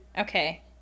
okay